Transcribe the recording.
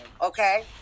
okay